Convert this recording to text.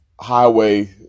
highway